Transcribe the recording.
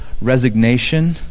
resignation